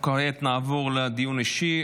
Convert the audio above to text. כעת נעבור לדיון האישי.